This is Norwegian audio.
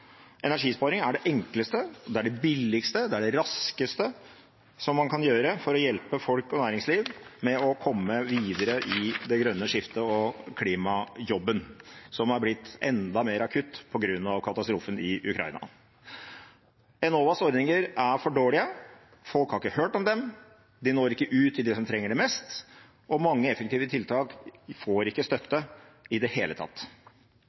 Energisparing er det enkleste, det er det billigste, det er det raskeste man kan gjøre for å hjelpe folk og næringsliv med å komme videre i det grønne skiftet og klimajobben – som er blitt enda mer akutt på grunn av katastrofen i Ukraina. Enovas ordninger er for dårlige, folk har ikke hørt om dem, de når ikke ut til dem som trenger det mest, og mange effektive tiltak får ikke støtte i det hele tatt.